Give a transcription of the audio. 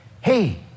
Hey